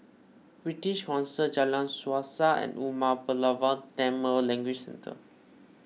British Council Jalan Suasa and Umar Pulavar Tamil Language Centre